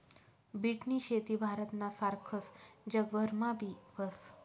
बीटनी शेती भारतना सारखस जगभरमा बी व्हस